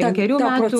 penkerių metų